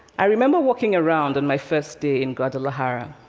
i remember walking around on my first day in guadalajara,